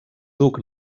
duc